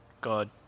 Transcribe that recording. God